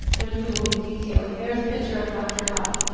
which we will be detailing. there is a picture of dr. hough.